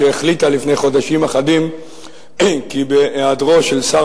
שהחליטה לפני חודשים אחדים כי בהיעדרו של שר